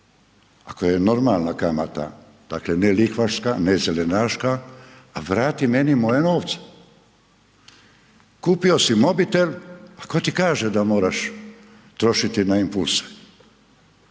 ako je normalna kamata, dakle ne lihvarska, ne zelenaška, pa vrati meni moje novce. Kupio si mobitel, pa tko ti kaže da moram trošiti na impulse.